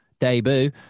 debut